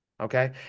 okay